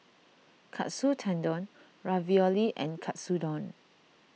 Katsu Tendon Ravioli and Katsudon